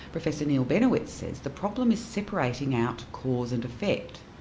professor neal benowitz says the problem is separating out cause and effect.